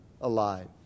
alive